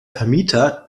vermieter